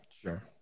Sure